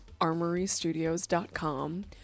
armorystudios.com